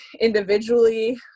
Individually